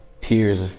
peers